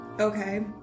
Okay